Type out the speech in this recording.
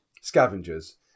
Scavengers